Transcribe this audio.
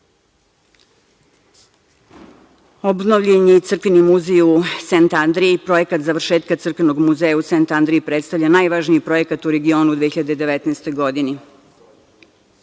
Obnovljen je i crkveni muzej u Sentandreji. Projekat završetka crkvenog muzeja u Sentandreji predstavlja najvažniji projekat u regionu u 2019. godini.